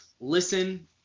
listen